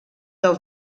del